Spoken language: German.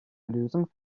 lösung